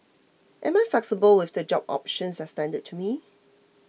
am I flexible with the job options extended to me